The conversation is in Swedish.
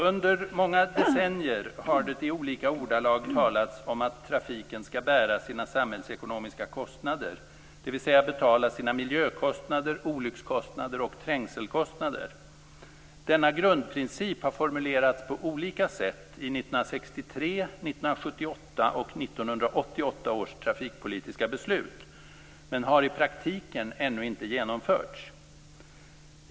Under många decennier har det i olika ordalag talats om att trafiken skall bära sina samhällsekonomiska kostnader, dvs. betala sina miljökostnader, olyckskostnader och trängselkostnader. Denna grundprincip har formulerats på olika sätt i 1963, 1978 och 1988 års trafikpolitiska beslut men har i praktiken ännu inte genomförts.